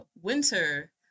winter